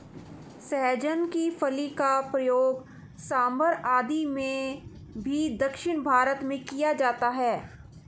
सहजन की फली का प्रयोग सांभर आदि में भी दक्षिण भारत में किया जाता है